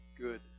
good